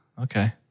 Okay